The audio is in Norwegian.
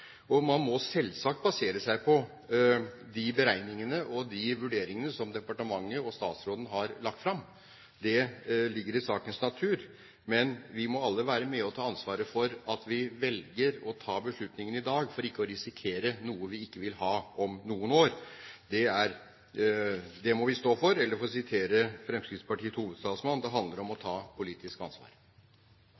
kveld. Man må selvsagt basere seg på de beregningene og de vurderingene som departementet og statsråden har lagt fram – det ligger i sakens natur – men vi må alle være med og ta ansvaret for at vi velger å ta beslutningen i dag, for ikke å risikere noe vi ikke vil ha om noen år. Det må vi stå for – eller for å sitere Fremskrittspartiets hovedtalsmann: Det handler om å